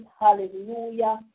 Hallelujah